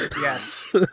Yes